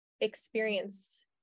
experience